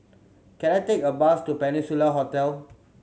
can I take a bus to Peninsula Hotel